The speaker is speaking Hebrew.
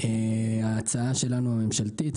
ההצעה שלנו הממשלתית,